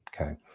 okay